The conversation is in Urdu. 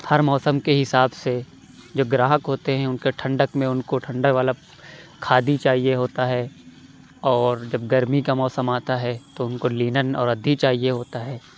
ہر موسم کے حساب سے جو گراہک ہوتے ہیں اُن كا ٹھنڈک میں اُن كو ٹھنڈا والا كھادی چاہیے ہوتا ہے اور جب گرمی كا موسم آتا ہے تو اُن كو لینن اور ادھی چاہیے ہوتا ہے